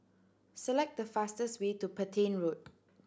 select the fastest way to Petain Road